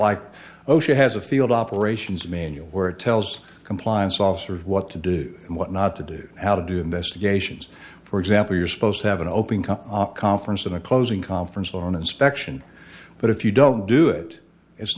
like osha has a field operations manual where it tells compliance officers what to do and what not to do out of do investigations for example you're supposed to have an open call conference in a closing conference or an inspection but if you don't do it it's